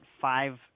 five